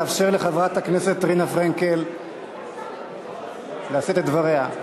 לאפשר לחברת הכנסת רינה פרנקל לשאת את דבריה.